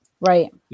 Right